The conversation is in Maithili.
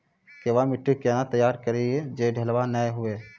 केवाल माटी के कैना तैयारी करिए जे ढेला नैय हुए?